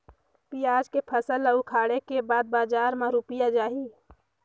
पियाज के फसल ला उखाड़े के बाद बजार मा रुपिया जाही?